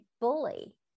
bully